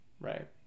Right